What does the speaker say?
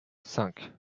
cinq